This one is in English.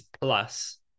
plus